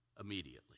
Immediately